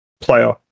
player